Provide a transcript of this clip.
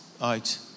out